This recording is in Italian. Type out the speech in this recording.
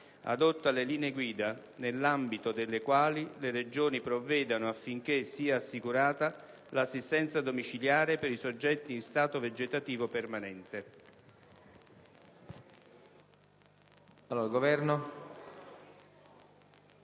adotta le Linee Guida nell'ambito delle quali le Regioni provvedono affinché sia assicurata l'assistenza domiciliare per i soggetti in stato vegetativo permanente».